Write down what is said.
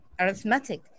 arithmetic